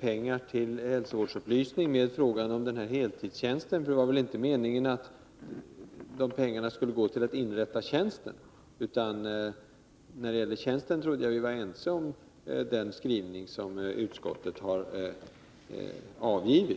pengar till hälsovårdsupplysning med frågan om en heltidstjänst vid socialstyrelsen. Det var väl inte meningen att pengarna skulle gå till att inrätta tjänsten? När det gäller tjänsten trodde jag att vi var ense om den skrivningen i utskottets betänkande.